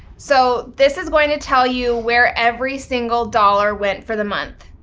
so this is going to tell you where every single dollar went for the month.